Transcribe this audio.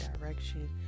direction